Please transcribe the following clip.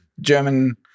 German